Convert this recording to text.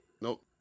Nope